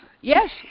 Yes